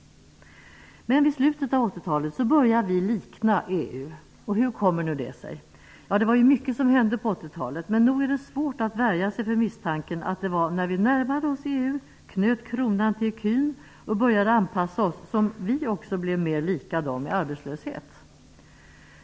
Men vid slutet av 80-talet börjar vi likna EU. Hur kommer detta sig? Det var mycket som hände på 80-talet, men nog är det svårt att värja sig för misstanken att det var när vi närmade oss EU, knöt kronan till ecun och började anpassa oss som vi också blev mer lika dem i arbetslöshet.